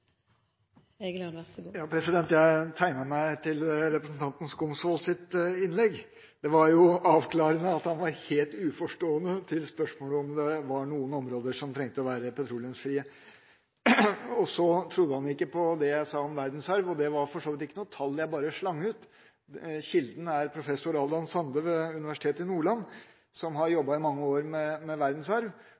Det var jo avklarende at han var helt uforstående til spørsmålet om noen områder trenger å være petroleumsfrie! Og så trodde han ikke på det jeg sa om verdensarv. Dette var ikke et tall jeg bare slengte ut. Kilden er professor Allan Sande ved Universitetet i Nordland, som har jobbet i mange år med verdensarv, og som sier at her er det et potensial på minst 600 arbeidsplasser. Verdensarv